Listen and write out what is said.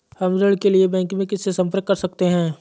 हम ऋण के लिए बैंक में किससे संपर्क कर सकते हैं?